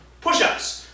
push-ups